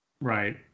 Right